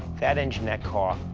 that engine, that car,